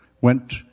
went